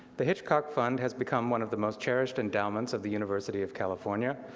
the hitchcock fund has become one of the most cherished endowments of the university of california,